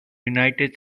united